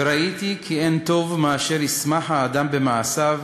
"וראיתי כי אין טוב מאשר ישמח האדם במעשיו